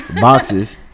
boxes